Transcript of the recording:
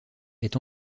est